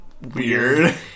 Weird